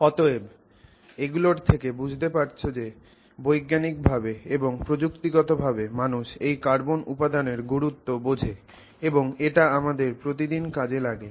অতএব এগুলোর থেকে বুঝতে পারছো যে বৈজ্ঞানিকভাবে এবং প্রযুক্তিগতভাবে মানুষ এই কার্বন উপাদানের গুরুত্ব বোঝে এবং এটা আমাদের প্রতিদিন কাজে লাগে